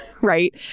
right